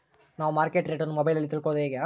ನಾವು market rate ಅನ್ನು ಮೊಬೈಲಲ್ಲಿ ತಿಳ್ಕಳೋದು ಹೇಗೆ?